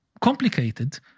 complicated